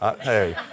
hey